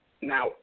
now